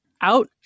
out